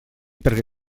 perquè